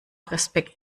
respekt